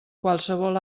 qualsevol